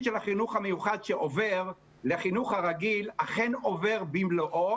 של החינוך המיוחד שעובר לחינוך הרגיל אכן עובר במלואו,